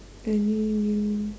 any new